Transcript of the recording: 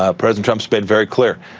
ah president trump's been very clear.